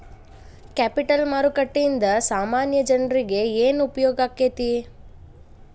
Capital ಮಾರುಕಟ್ಟೇಂದಾ ಸಾಮಾನ್ಯ ಜನ್ರೇಗೆ ಏನ್ ಉಪ್ಯೊಗಾಕ್ಕೇತಿ?